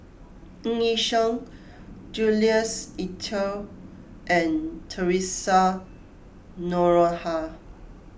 Ng Yi Sheng Jules Itier and theresa Noronha